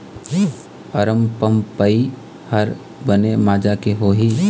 अरमपपई हर बने माजा के होही?